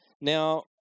Now